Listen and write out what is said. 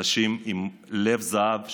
אנשים עם לב זהב,